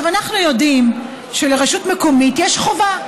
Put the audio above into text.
אנחנו יודעים שלרשות מקומית יש חובה,